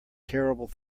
terrible